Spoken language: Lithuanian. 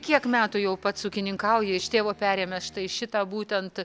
kiek metų jau pats ūkininkauji iš tėvo perėmęs štai šitą būtent